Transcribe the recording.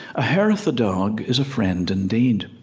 a hair of the dog is a friend indeed.